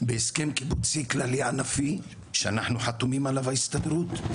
בהסכם קיבוצי כללי ענפי שאנחנו חתומים עליו ההסתדרות,